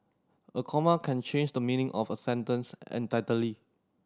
a comma can change the meaning of a sentence